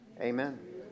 Amen